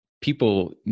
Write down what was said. people